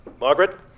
Margaret